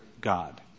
God